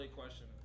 question